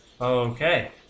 Okay